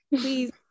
please